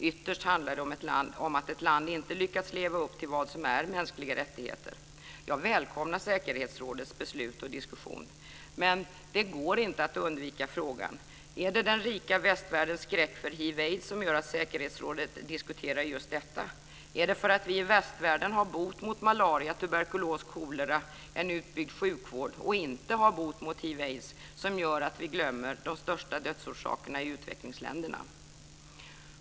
Ytterst handlar det om att ett land inte lyckats leva upp till vad som är mänskliga rättigheter. Jag välkomnar säkerhetsrådets beslut och diskussion. Men det går inte att undvika frågan: Är det den rika västvärldens skräck för hiv aids - som gör att vi glömmer de största dödsorsakerna i utvecklingsländerna?